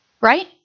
Right